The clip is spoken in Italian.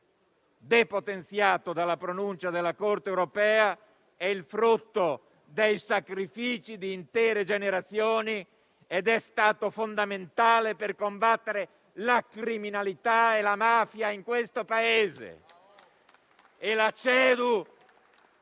depotenziato dalla pronuncia della Corte europea, è il frutto di sacrifici di intere generazioni, che è stato fondamentale per combattere la criminalità e la mafia nel nostro Paese.